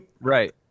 Right